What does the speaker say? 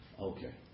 Okay